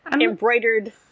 embroidered